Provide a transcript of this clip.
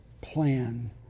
plan